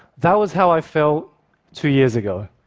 that was how i felt two years ago.